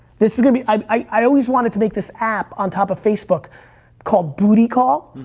this is gonna be, i always wanted to make this app on top of facebook called booty call,